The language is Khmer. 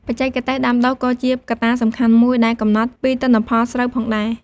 បច្ចេកទេសដាំដុះ ក៏ជាកត្តាសំខាន់មួយដែលកំណត់ពីទិន្នផលស្រូវផងដែរ។